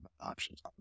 options